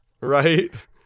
Right